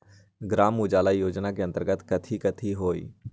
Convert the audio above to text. ग्राम उजाला योजना के अंतर्गत कथी कथी होई?